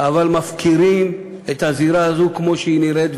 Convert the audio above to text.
אבל מפקירים את הזירה הזו כמו שהיא נראית,